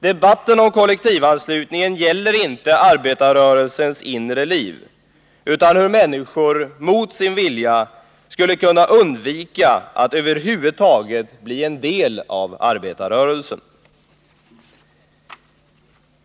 Debatten om kollektivanslutningen gäller inte arbetarrörelsens inre liv utan hur människor skall kunna undvika att mot sin vilja över huvud taget bli en del av arbetarrörelsen.